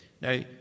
Now